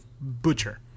butcher